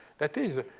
that is,